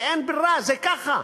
כי אין ברירה, זה ככה.